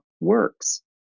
works